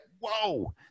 whoa